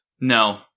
No